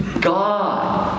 God